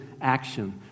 action